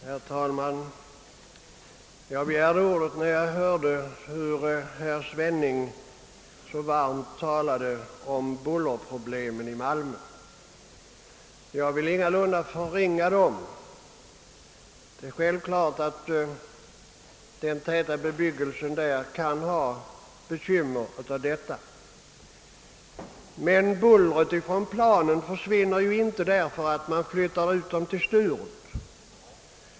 Herr talman! Jag begärde ordet när jag hörde herr Svenning tala så engagerat om bullerproblemen i Malmö. Jag vill ingalunda förringa dessa — det är självklart att bullret kan medföra bekymmer för den täta bebyggelsen där — men bullret från flygplanen försvinner ju inte därför att man flyttar ut dessa till Sturup.